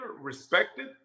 respected